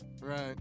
Right